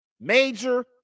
major